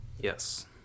Yes